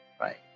right